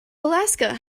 alaska